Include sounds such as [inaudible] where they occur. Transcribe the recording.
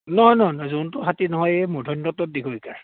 নহয় নহয় [unintelligible] হাতী নহয় এই মূধন্যটত দীৰ্ঘয়ীকাৰ